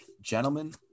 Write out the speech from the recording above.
Gentlemen